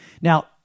Now